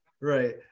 Right